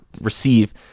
receive